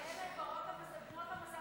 ואלה הגברות בנות המזל